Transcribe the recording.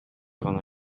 гана